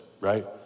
right